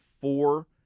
four